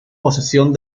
posesión